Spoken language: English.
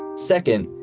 second,